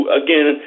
again